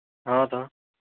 ହଁ ତ